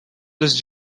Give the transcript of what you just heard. this